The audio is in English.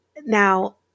now